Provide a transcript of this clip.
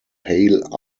pale